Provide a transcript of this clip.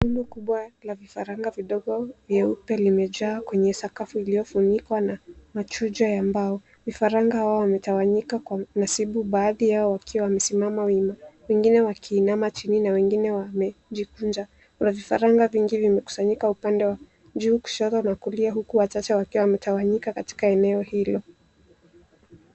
Kundi kubwa la vifaranga wadogo weupe limejaa kwenye sakafu iliyo funikwa na machuja ya mbao. Vifaranga hawa wametawanyika kwa nasibu baadhi yao wakiwa wa wamesimama wima, wengine wakiinama chini na wengine wamejikunja. Kuna Vifaranga vingi vimekusanyika upande wa juu kushoto na kulia huku wachache wakiwa wametawanyika katika eneo hilo.